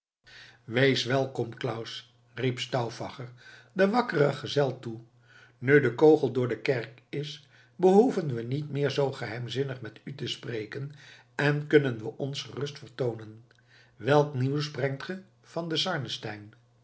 wees welkom claus riep stauffacher den wakkeren gezel toe nu de kogel door de kerk is behoeven we niet meer zoo geheimzinnig met u te spreken en kunnen we ons gerust vertoonen welk nieuws brengt ge van